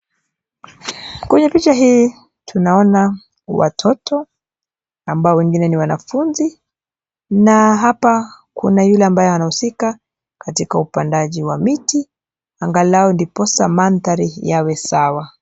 Kwenye picha hii tunaona watoto ambao wengine ni wanafunzi, na hapa kuna yule ambaye anahusika katika upandaji wa miti, angalau ndiposa mandhari yawe sawa.